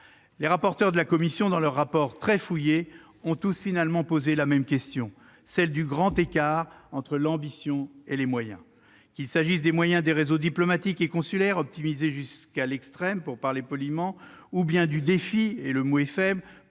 Les rapporteurs de la commission, dans leurs rapports très fouillés, ont tous finalement posé la même question : celle du grand écart entre l'ambition et les moyens. Qu'il s'agisse des moyens des réseaux diplomatique et consulaire, optimisés jusqu'à l'extrême- pour le dire poliment -, ou du défi- le mot est